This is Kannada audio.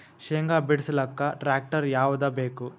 ಶೇಂಗಾ ಬಿಡಸಲಕ್ಕ ಟ್ಟ್ರ್ಯಾಕ್ಟರ್ ಯಾವದ ಬೇಕು?